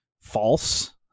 false